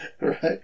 Right